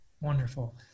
Wonderful